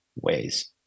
ways